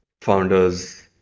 founders